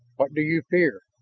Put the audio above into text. what do you fear?